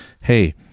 hey